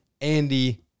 Andy